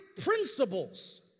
principles